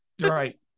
Right